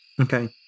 Okay